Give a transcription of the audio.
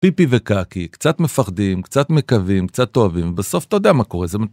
פיפי וקקי, קצת מפחדים, קצת מקווים, קצת אוהבים, בסוף אתה יודע מה קורה.